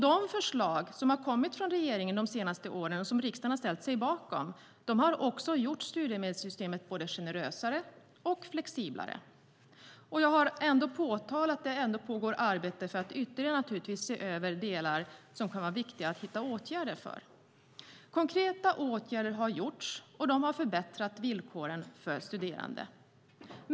De förslag som har kommit från regeringen de senaste åren, som riksdagen har ställt sig bakom, har också gjort studiemedelssystemet både mer generöst och flexibelt. Jag har påtalat att det pågår arbete för att ytterligare se över delar som kan vara viktiga att hitta åtgärder för. Konkreta åtgärder har vidtagits, och de har förbättrat villkoren för studerande.